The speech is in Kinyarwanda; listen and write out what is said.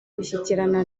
gushyikirana